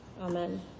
Amen